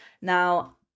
Now